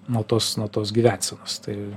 nuo tos nuo tos gyvensenos tai